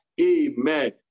Amen